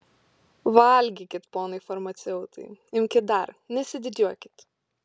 valgykit ponai farmaceutai imkit dar nesididžiuokit